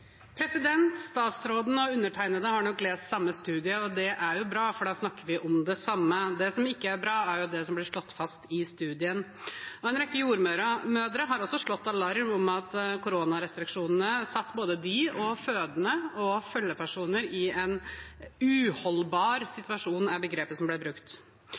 Statsråden og undertegnede har nok lest samme studie, og det er jo bra, for da snakker vi om det samme. Det som ikke er bra, er det som blir slått fast i studien. En rekke jordmødre har også slått alarm om at koronarestriksjonene satte både dem, fødende og følgepersoner i en uholdbar situasjon – det er begrepet som ble brukt.